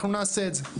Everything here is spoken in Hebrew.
אנחנו נעשה את זה.